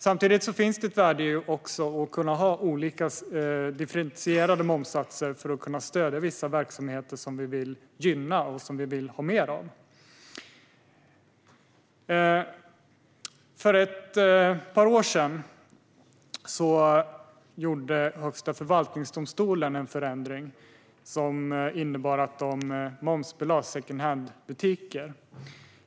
Samtidigt finns det ett värde i att ha differentierade momssatser för att kunna stödja vissa verksamheter som vi vill gynna och ha mer av. För ett par år sedan gjorde Högsta förvaltningsdomstolen en förändring som innebar att secondhandbutiker momsbelades.